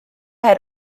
had